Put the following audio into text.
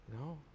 No